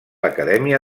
acadèmia